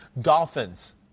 Dolphins